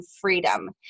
freedom